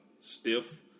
stiff